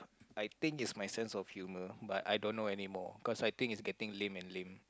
I think it's my sense of humor but I don't know anymore cause I think it's getting lame and lame